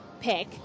pick